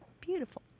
beautiful